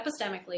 epistemically